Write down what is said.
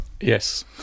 Yes